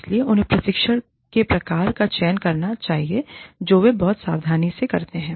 इसलिए उन्हें प्रशिक्षण के प्रकार का चयन करना चाहिए जो वे बहुत सावधानी से करते हैं